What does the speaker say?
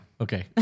Okay